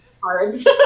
cards